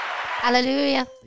Hallelujah